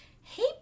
Hey